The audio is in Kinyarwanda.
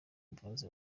imbabazi